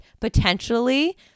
potentially